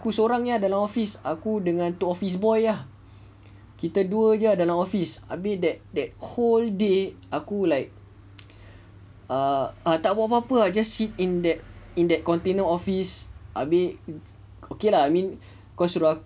aku seorang aje lah dalam office aku dengan tu office boy aje lah kita dua aje lah dalam office abeh that that whole day aku like tak buat apa-apa just sit in that in that container office abeh okay lah mean kau suruh aku